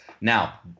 Now